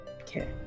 Okay